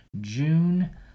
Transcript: June